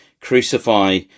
crucify